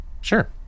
Sure